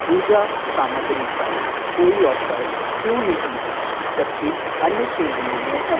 पूजा सामग्री पर कोई ऑफ़र क्यों नहीं हैं जबकि अन्य श्रेणियों में है